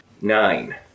Nine